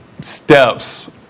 steps